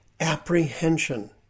apprehension